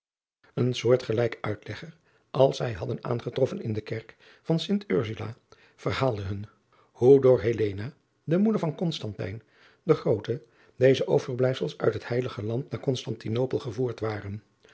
en soortg lijke uitlegger als zij hadden aangetroffen in de kerk van t rsula verhaalde hun hoe door de moeder van den grooten deze overblijfsels uit het eilige and naar onstantinopel gevoerd waren